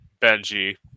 Benji